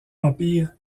empire